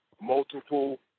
multiple